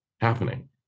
happening